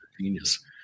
genius